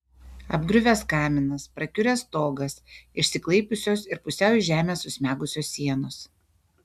apgriuvęs kaminas prakiuręs stogas išsiklaipiusios ir pusiau į žemę susmegusios sienos